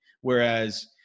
Whereas